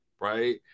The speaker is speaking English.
right